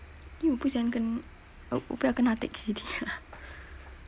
因为我不喜欢跟我不要跟他 take C_T